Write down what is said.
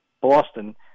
Boston